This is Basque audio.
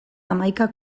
hamaika